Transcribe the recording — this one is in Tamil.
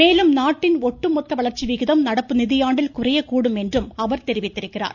மேலும் நாட்டின் ஒட்டுமொத்த வளர்ச்சி விகிதம் நடப்பு நிதியாண்டில் குறையக்கூடும் என்றும் அவர் தெரிவித்திருக்கிறார்